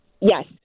Yes